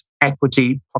Equity